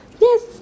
yes